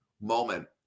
moment